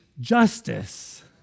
justice